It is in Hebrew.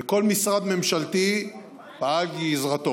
וכל משרד ממשלתי פעל בגזרתו.